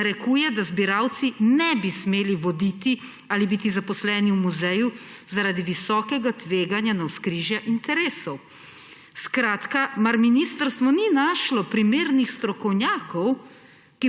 narekuje, da zbiralci ne bi smeli voditi ali biti zaposleni v muzeju zaradi visokega tveganja navzkrižja interesov. Mar ministrstvo ni našlo primernih strokovnjakov,